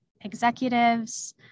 executives